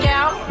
out